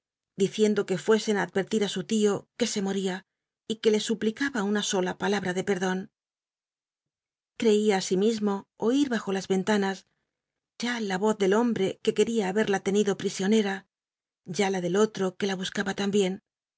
diciendo que fuesen á adyerti r ü su tio que se moria y que le suplicaba una sola palabra de perdon creia asimismo oir en tanas ya la voz del homhr c que quebajo las y ría haberla tenido prisionera ya la del ol ro que la buscaba lambien